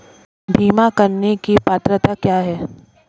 बीमा करने की पात्रता क्या है?